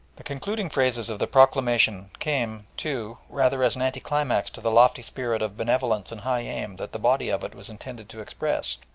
the concluding phrases of the proclamation came, too, rather as an anti-climax to the lofty spirit of benevolence and high aim that the body of it was intended to express,